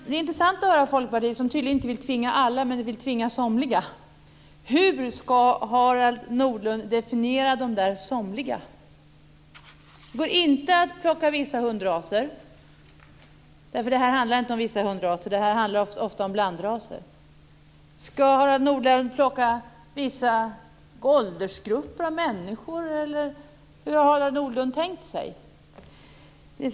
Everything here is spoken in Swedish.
Fru talman! Det är intressant att höra Folkpartiet, som tydligen inte vill tvinga alla men somliga. Hur ska Harald Nordlund definiera dessa somliga? Det går inte att plocka vissa hundraser, för det här handlar inte om vissa hundraser. Det handlar ofta om blandraser. Ska Harald Nordlund plocka vissa åldersgrupper av människor, eller hur har han tänkt sig det?